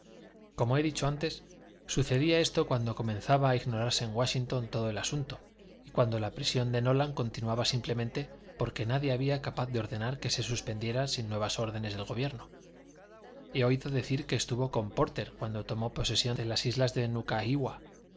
como he dicho antes sucedía esto cuando comenzaba a ignorarse en wáshington todo el asunto y cuando la prisión de nolan continuaba simplemente porque nadie había capaz de ordenar que se suspendiera sin nuevas órdenes del gobierno he oído decir que estuvo con pórter cuando tomó posesión de las islas de